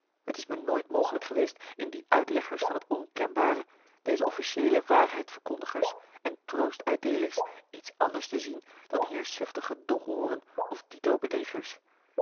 het is me nooit mogelijk geweest in die uitleggers van het onkenbare deze officieele waarheidverkondigers en troostuitdeelers iets anders te zien dan heerschzuchtige domooren of dito bedriegers